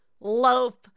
loaf